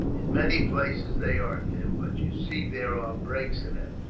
in many places they are, tim, but you see there are breaks in them.